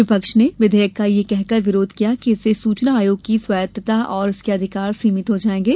विपक्ष ने विधेयक का यह कहकर विरोध किया कि इससे सूचना आयोग की स्वायत्ता और उसके अधिकार सीमित हो जायेंगे